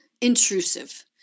intrusive